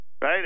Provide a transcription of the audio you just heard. Right